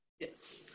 Yes